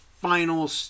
final